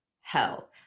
hell